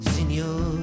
Senor